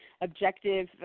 objective